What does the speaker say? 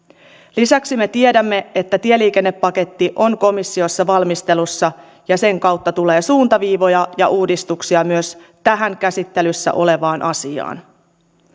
lisäksi me tiedämme että tieliikennepaketti on komissiossa valmistelussa ja sen kautta tulee suuntaviivoja ja uudistuksia myös tähän käsittelyssä olevaan asiaan